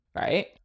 right